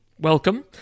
welcome